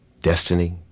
destiny